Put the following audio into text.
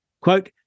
Quote